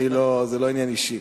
זה לא עניין אישי.